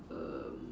um